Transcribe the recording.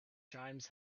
chimes